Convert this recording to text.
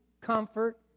comfort